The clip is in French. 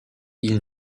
ils